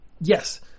Yes